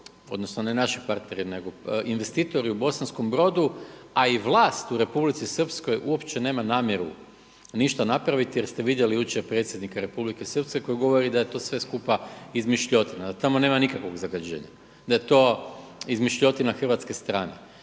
odnosno ne naši partneri nego investitori u Bosanskom Brodu a i vlast u Republici Srpskoj uopće nema namjeru ništa napraviti jer ste vidjeli jučer predsjednika Republike Srpske koji govori da je to sve skupa izmišljotina, da tamo nema nikakvog zagađenja, da je to izmišljotina hrvatske strane.